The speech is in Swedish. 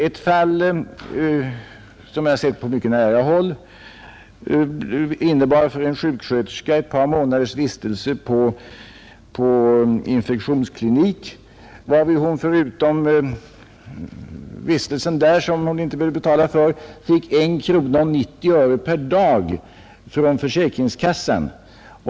Ett fall, som jag sett på nära håll, innebar för en sjuksköterska ett par månaders vistelse på infektionsklinik. Under vistelsen där, som hon naturligtvis inte behövde betala för, fick hon 1 krona 90 öre per dag från försäkringskassan.